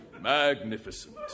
Magnificent